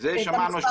זה שמענו,